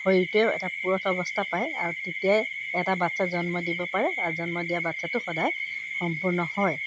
শৰীৰটোৱেও এটা পূৰঠ অৱস্থা পায় আৰু তেতিয়াই এটা বাচ্ছা জন্ম দিব পাৰে আৰু জন্ম দিয়া বাচ্ছাটো সদায় সম্পূৰ্ণ হয়